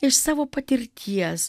iš savo patirties